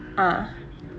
ah